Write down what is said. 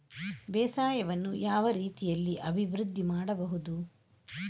ಬೇಸಾಯವನ್ನು ಯಾವ ರೀತಿಯಲ್ಲಿ ಅಭಿವೃದ್ಧಿ ಮಾಡಬಹುದು?